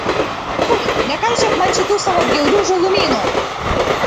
fui nekaišiok man šitų savo bjaurių žalumynų